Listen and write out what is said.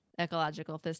ecological